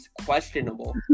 questionable